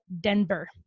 Denver